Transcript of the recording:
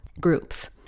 groups